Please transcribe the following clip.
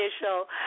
show